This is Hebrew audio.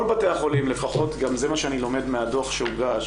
כל בתי החולים, גם זה מה שאני לומד מהדוח שהוגש.